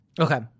Okay